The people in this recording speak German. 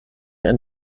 ein